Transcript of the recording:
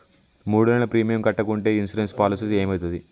మూడు నెలలు ప్రీమియం కట్టకుంటే ఇన్సూరెన్స్ పాలసీకి ఏమైతది?